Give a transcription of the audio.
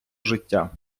життя